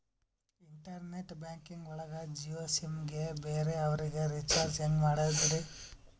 Internet banking ಒಳಗ Jio sim ಗೆ ಬೇರೆ ಅವರಿಗೆ ರೀಚಾರ್ಜ್ ಹೆಂಗ್ ಮಾಡಿದ್ರಿ?